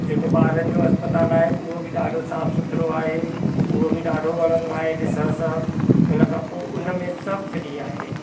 जेको ॿारनि जो अस्पताल आहे उहो बि ॾाढो साफ़ु सुथरो आहे उहो बि ॾाढो वणंदो आहे ॾिसण सां इन खां पोइ उन में सभु फ्री आहे